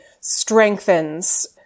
strengthens